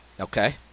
Okay